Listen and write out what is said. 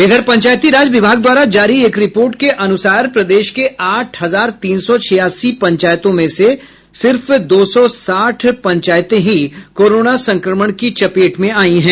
इधर पंचायती राज विभाग द्वारा जारी एक रिपोर्ट के अनुसार प्रदेश के आठ हजार तीन सौ छियासी पंचायतों में से मात्र दो सौ साठ पंचायत ही कोरोना संक्रमण की चपेट में आयी हैं